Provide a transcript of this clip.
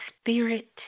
spirit